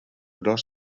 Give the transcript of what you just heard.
però